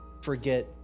forget